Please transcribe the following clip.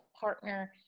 partner